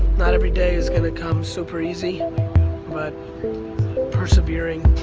not every day is gonna come super easy but persevering,